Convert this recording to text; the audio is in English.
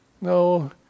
No